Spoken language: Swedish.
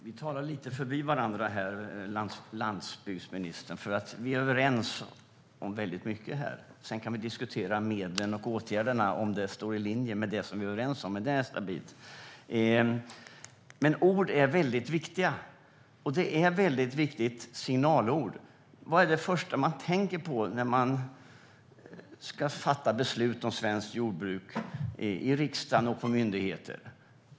Herr talman! Vi talar lite förbi varandra här, landsbygdsministern. Vi är överens om väldigt mycket. Sedan kan vi diskutera om medlen och åtgärderna ligger i linje med det som vi är överens om. Men det är stabilt. Ord är väldigt viktiga, och livsnödvändighet är ett väldigt viktigt signalord. Vad är det första man tänker på när man ska fatta beslut om svenskt jordbruk i riksdagen och på myndigheter?